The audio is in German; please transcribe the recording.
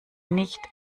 nicht